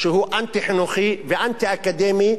שהוא אנטי-חינוכי ואנטי-אקדמי,